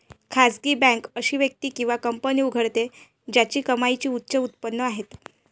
खासगी बँक अशी व्यक्ती किंवा कंपनी उघडते ज्याची कमाईची उच्च उत्पन्न आहे